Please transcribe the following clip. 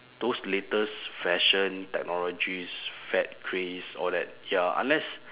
those latest fashion technologies fad craze all that ya unless